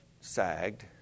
sagged